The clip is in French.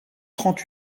trente